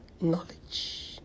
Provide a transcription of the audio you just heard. knowledge